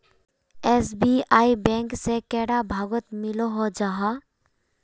SBI bank से कैडा भागोत मिलोहो जाहा?